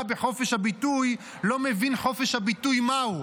בחופש הביטוי לא מבין חופש הביטוי מהו.